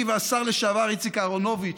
אני והשר לשעבר איציק אהרונוביץ